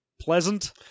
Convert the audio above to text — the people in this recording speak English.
pleasant